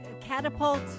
catapult